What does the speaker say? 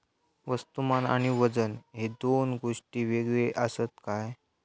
वस्तुमान आणि वजन हे दोन गोष्टी वेगळे आसत काय?